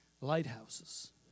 lighthouses